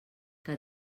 que